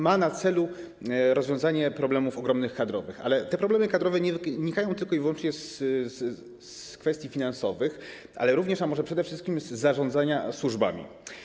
Ma on na celu rozwiązanie ogromnych problemów kadrowych, ale te problemy kadrowe nie wynikają tylko i wyłącznie z kwestii finansowych, ale również, a może przede wszystkim z zarządzania służbami.